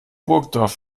burgdorf